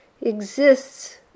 exists